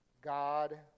God